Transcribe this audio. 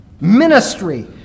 Ministry